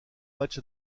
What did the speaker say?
matchs